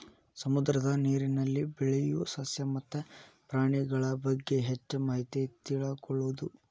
ಸಮುದ್ರದ ನೇರಿನಲ್ಲಿ ಬೆಳಿಯು ಸಸ್ಯ ಮತ್ತ ಪ್ರಾಣಿಗಳಬಗ್ಗೆ ಹೆಚ್ಚ ಮಾಹಿತಿ ತಿಳಕೊಳುದು